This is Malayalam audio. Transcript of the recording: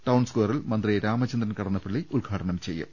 ടൌൺ സ്ക്യറിൽ മന്ത്രി രാമചന്ദ്രൻ കടന്നപ്പള്ളി ഉദ്ഘാടനം ചെയ്യും